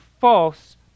false